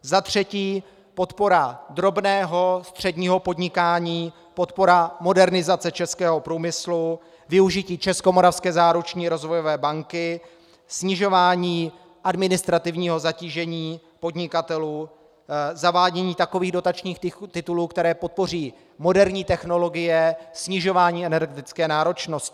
Za třetí podpora drobného, středního podnikání, podpora modernizace českého průmyslu, využití Českomoravské záruční rozvojové banky, snižování administrativního zatížení podnikatelů, zavádění takových dotačních titulů, které podpoří moderní technologie, snižování energetické náročnosti.